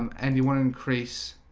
um and you want to increase?